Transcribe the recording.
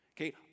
Okay